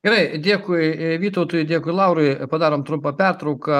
gerai dėkui vytautui dėkui laurui padarom trumpą pertrauką